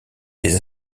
des